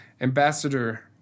Ambassador